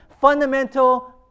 fundamental